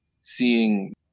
seeing